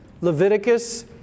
Leviticus